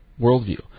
worldview